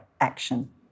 action